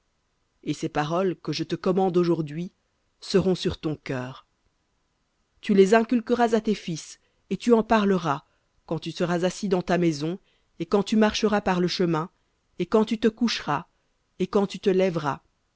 et ces paroles que je te commande aujourd'hui seront sur ton cœur tu les inculqueras à tes fils et tu en parleras quand tu seras assis dans ta maison et quand tu marcheras par le chemin et quand tu te coucheras et quand tu te lèveras